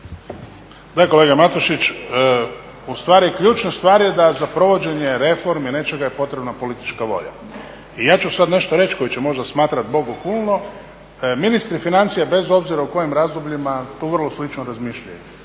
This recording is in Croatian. Da, kolega Matušić, ustvari ključna stvar je da za provođenje reformi, nečega je potrebna politička volja. I ja ću sada nešto reći … će možda smatrati bogohulno, ministri financija, bez obzira u kojim razdobljima, tu vrlo slično razmišljaju.